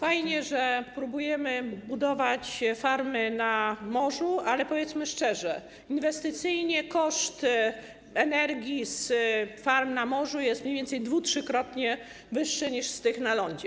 Fajnie, że próbujemy budować farmy na morzu, ale powiedzmy szczerze, że inwestycyjnie koszt energii z farm na morzu jest mniej więcej dwu-, trzykrotnie wyższy niż energii z farm na lądzie.